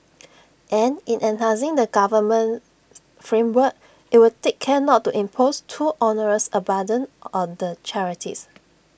and in enhancing the governance framework IT will take care not to impose too onerous A burden on the charities